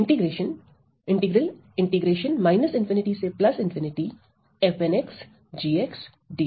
integral में हमारे g's 𝜙 है